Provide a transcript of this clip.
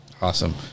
Awesome